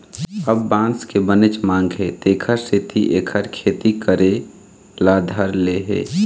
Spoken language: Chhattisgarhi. अब बांस के बनेच मांग हे तेखर सेती एखर खेती करे ल धर ले हे